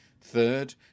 Third